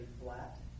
flat